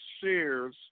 shares